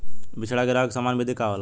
बिचड़ा गिरावे के सामान्य विधि का होला?